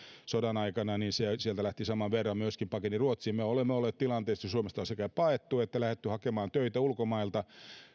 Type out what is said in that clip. sodan aikana niin sieltä saman verran myöskin pakeni ruotsiin eli me olemme olleet tilanteessa jossa suomesta on sekä paettu että lähdetty hakemaan töitä ulkomailta